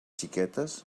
xiquetes